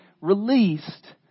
released